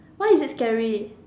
why is it scary